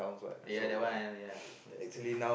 Uh yeah that one yeah I used to